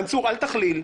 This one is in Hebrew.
מנסור, אל תכליל.